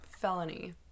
Felony